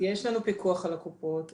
יש לנו פיקוח על קופות החולים.